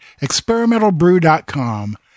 experimentalbrew.com